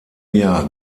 jahr